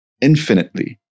infinitely